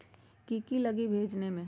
की की लगी भेजने में?